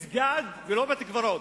מסגד ולא בית-קברות.